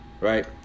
Right